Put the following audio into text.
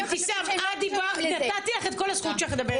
את דיברת, נתתי לך את כל הזכות שלך לדבר.